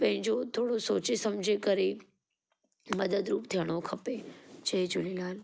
पंहिंजो थोरो सोचे समुझे करे मदद रुप थियणो खपे जय झूलेलाल